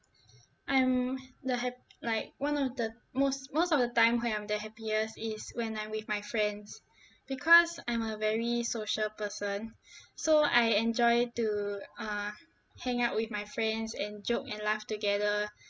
I'm the hap~ like one of the most most of the time when I'm the happiest is when I'm with my friends because I'm a very social person so I enjoy to uh hang out with my friends and joke and laugh together